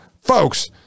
folks